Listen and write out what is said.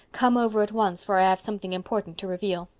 come over at once for i have something important to reveal.